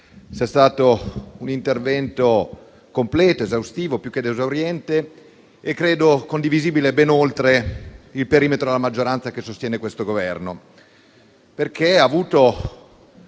sia stato un intervento completo, esaustivo ed esauriente e - credo - condivisibile ben oltre il perimetro della maggioranza che sostiene questo Governo, in quanto ha avuto